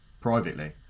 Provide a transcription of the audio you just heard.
Privately